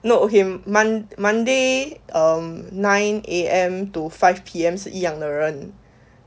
no okay mon~ monday um nine A_M to five P_M 是一样的人